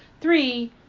Three